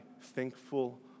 thankful